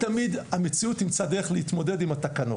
תמיד המציאות תמצא דרך להתמודד עם התקנות.